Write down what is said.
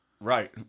Right